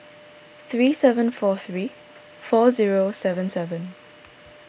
three seven four three four zero seven seven